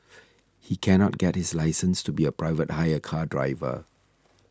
he cannot get his license to be a private hire car driver